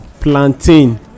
plantain